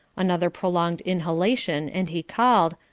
another prolonged inhalation and he called,